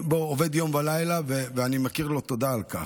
הוא עובד יום ולילה, ואני מכיר לו תודה על כך,